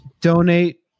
donate